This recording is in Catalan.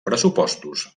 pressupostos